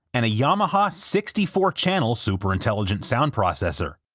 and a yamaha sixty four channel super intelligent sound processor.